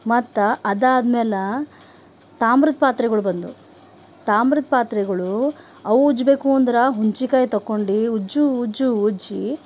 ಮತ್ತು ಅದಾದ್ಮೇಲೆ ತಾಮ್ರದ ಪಾತ್ರೆಗಳು ಬಂದವು ತಾಮ್ರದ ಪಾತ್ರೆಗಳು ಅವು ಉಜ್ಜಬೇಕು ಅಂದ್ರೆ ಹುಣಸೇಕಾಯಿ ತಗೊಂಡು ಉಜ್ಜು ಉಜ್ಜು ಉಜ್ಜಿ